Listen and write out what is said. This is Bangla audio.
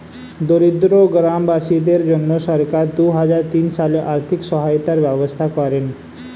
দরিদ্র গ্রামবাসীদের জন্য সরকার দুহাজার তিন সালে আর্থিক সহায়তার ব্যবস্থা করেন